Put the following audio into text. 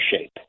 shape